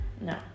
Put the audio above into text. No